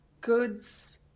goods